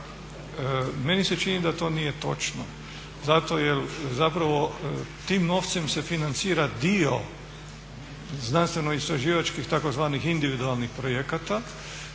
Meni se čini da to nije točno zato jer zapravo tim novcem se financira dio znanstveno-istraživačkih tzv. individualnih projekata,